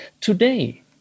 today